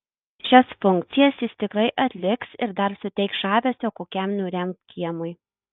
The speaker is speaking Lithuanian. šias funkcijas jis tikrai atliks ir dar suteiks žavesio kokiam niūriam kiemui